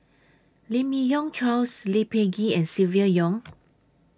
Lim Yi Yong Charles Lee Peh Gee and Silvia Yong